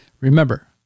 Remember